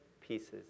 pieces